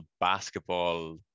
Basketball